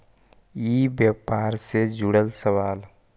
ई व्यापार से जुड़ल सवाल?